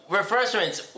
refreshments